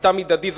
החלטה מידתית.